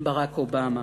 ברק אובמה.